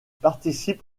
participe